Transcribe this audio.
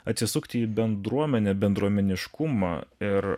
atsisukti į bendruomenę bendruomeniškumą ir